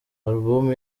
album